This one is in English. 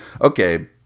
Okay